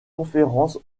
conférences